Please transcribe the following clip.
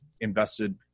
invested